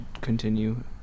continue